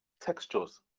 textures